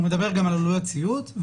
הוא מדבר גם על עלויות ציות.